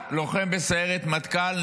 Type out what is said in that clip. לוחם בסיירת מטכ"ל,